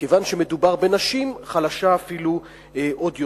וכיוון שמדובר בנשים, חלשה אפילו עוד יותר,